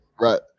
Right